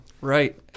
Right